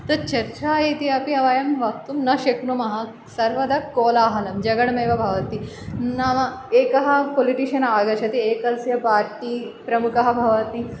तच्चर्चा इति अपि वयं वक्तुं न शक्नुमः सर्वदा कोलाहलं जगडमेव भवति नाम एकः पोलिटिषन् आगच्छति एकस्य पार्टि प्रमुखः भवति